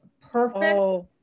perfect